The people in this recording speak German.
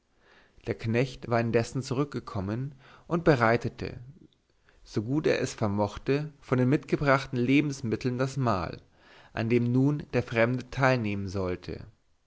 der knecht war indessen zurückgekommen und bereitete so gut er es vermochte von den mitgebrachten lebensmitteln das mahl an dem nun der fremde teilnehmen sollte